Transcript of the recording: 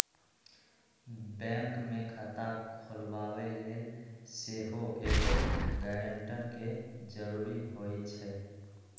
bank में खता खोलबाबे लेल सेहो एगो गरानटर के जरूरी होइ छै